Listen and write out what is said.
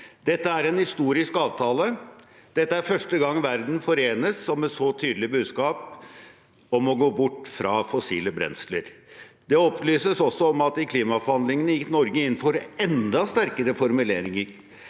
«Dette er en historisk avtale. Dette er første gang verden forenes om et så tydelig budskap om å gå bort fra fossile brensler.» Det opplyses også om at Norge i klimaforhandlingene gikk inn for enda sterkere formuleringer